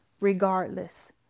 regardless